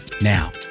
Now